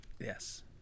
yes